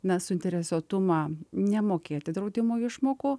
na suinteresuotumą nemokėti draudimo išmokų